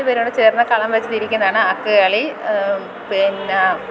നാലുപേരുടെ ചേർന്ന് കളം വരച്ചു തിരിക്കുന്നതാണ് അക്ക് കളി പിന്നെ